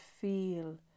feel